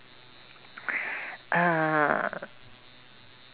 err